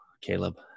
Caleb